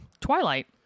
Twilight